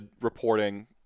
reporting